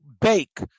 bake